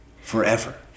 forever